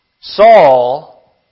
Saul